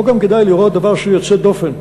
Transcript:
פה גם כדאי לראות דבר שהוא יוצא דופן.